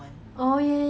really meh